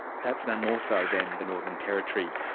perhaps no more so than the northern territory.